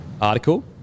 article